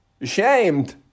ashamed